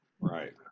Right